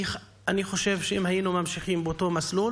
אני חושב שאם היינו ממשיכים באותו מסלול